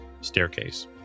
staircase